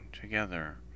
together